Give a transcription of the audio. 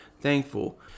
thankful